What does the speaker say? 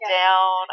down